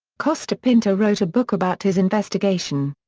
costa pinto wrote a book about his investigation.